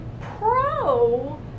pro